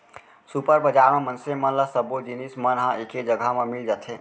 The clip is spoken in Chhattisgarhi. सुपर बजार म मनसे मन ल सब्बो जिनिस मन ह एके जघा म मिल जाथे